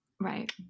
right